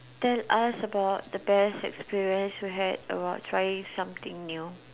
tell us about the best experience you had about trying something new